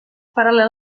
paral·lel